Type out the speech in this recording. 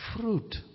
fruit